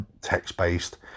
text-based